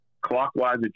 clockwise